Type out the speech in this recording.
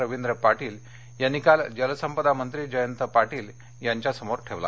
रवींद्र पाटील यांनी काल जलसंपदा मंत्री जयंत पाटील यांच्यासमोर मांडला